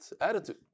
attitude